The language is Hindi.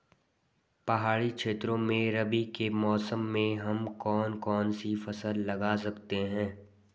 पहाड़ी क्षेत्रों में रबी के मौसम में हम कौन कौन सी फसल लगा सकते हैं?